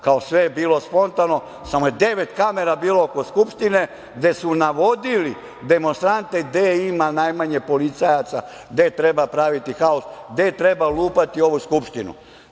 Kao sve je bilo spontano, samo je devet kamera bilo oko Skupštine, gde su navodili demonstrante gde ima najmanje policajaca, gde treba praviti haos, gde treba lupati ovu Skupštinu.